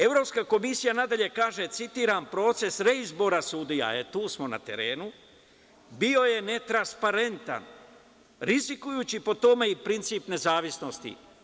Evropska komisija nadalje kaže, citiram, proces reizbora sudija, e, tu smo na terenu, bio je netransparentan, rizikujući po tome i princip nezavisnosti.